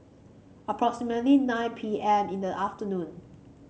approximately nine P M in the afternoon